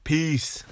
peace